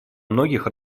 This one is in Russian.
многих